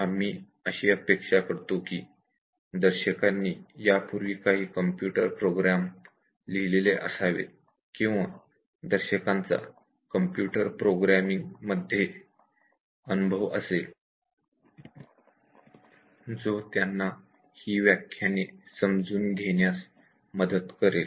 आम्ही अशी अपेक्षा करतो की लेक्चर पाहणाऱ्यांनी यापूर्वी काही कंप्यूटर प्रोग्राम लिहिलेले असावेत किंवा त्यांना कम्प्युटर प्रोग्रामिंग मध्ये अनुभव असेल जो त्यांना ही व्याख्याने समजून घेण्यास मदत करेल